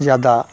ज़्यादा